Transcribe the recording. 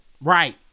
Right